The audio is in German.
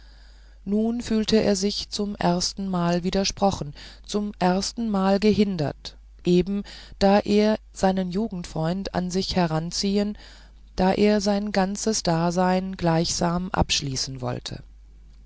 nun fühlte er sich zum erstenmal widersprochen zum erstenmal gehindert eben da er seinen jugendfreund an sich heranziehen da er sein ganzes dasein gleichsam abschließen wollte